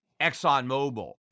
ExxonMobil